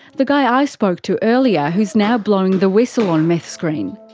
the guy i spoke to earlier who is now blowing the whistle on meth screen.